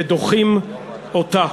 ודוחים אותם.